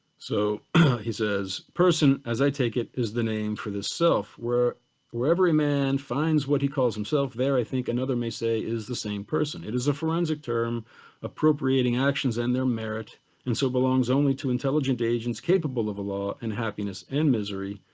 so he says person, as i take it, is the name for this self where where every man finds what he calls himself, there i think another may is the same person. it is a forensic term appropriating actions and their merit and so belongs only to intelligent agents capable of a law and happiness and misery,